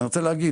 אני רוצה להגיד